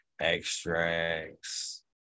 extracts